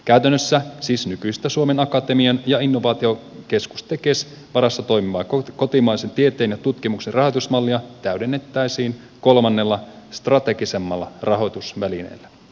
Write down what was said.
käytännössä siis nykyistä suomen akatemian ja innovaatiokeskus tekesin varassa toimivaa kotimaisen tieteen ja tutkimuksen rahoitusmallia täydennettäisiin kolmannella strategisemmalla rahoitusvälineellä